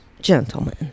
Gentlemen